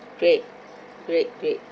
great great great